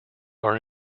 are